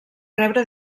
rebre